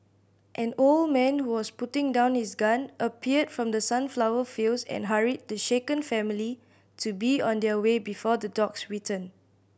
an old man who was putting down his gun appeared from the sunflower fields and hurried the shaken family to be on their way before the dogs return